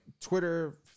Twitter